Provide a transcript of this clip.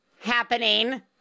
happening